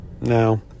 Now